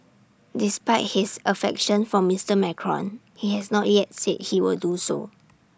despite his affection for Mister Macron he has not yet said he will do so